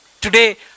Today